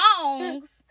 songs